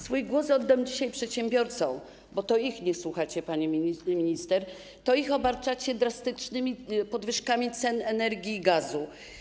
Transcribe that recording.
Swój głos oddam dzisiaj przedsiębiorcom, bo to ich nie słuchacie, pani minister, to ich obarczacie drastycznymi podwyżkami cen energii i gazu.